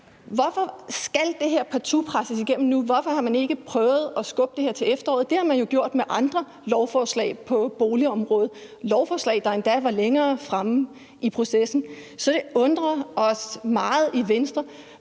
Hvorfor skal det her partout presses igennem nu? Hvorfor har man ikke prøvet at skubbe det her til efteråret? Det har man jo gjort med andre lovforslag på boligområdet – lovforslag, der endda var længere fremme i processen. Så det undrer os meget i Venstre,